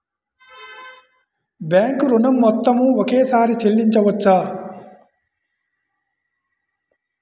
Bank ఋణం మొత్తము ఒకేసారి చెల్లించవచ్చా?